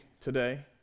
today